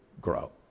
grow